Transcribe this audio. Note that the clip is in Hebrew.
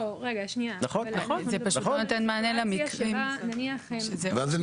זה פשוט נותן מענה למקרים --- ואז אני